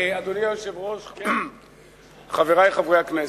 אדוני היושב-ראש, חברי חברי הכנסת,